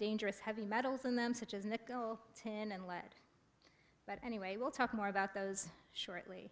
dangerous heavy metals in them such as nickel tin and lead but anyway we'll talk more about those shortly